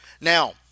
Now